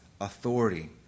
authority